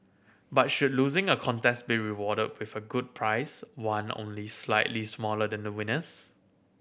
but should losing a contest be rewarded prefer a good prize one only slightly smaller than the winner's